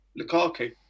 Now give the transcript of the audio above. Lukaku